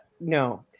no